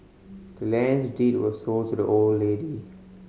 the land's deed was sold to the old lady